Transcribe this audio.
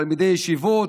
תלמידי ישיבות,